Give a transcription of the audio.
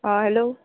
आं हॅलो